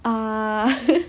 uh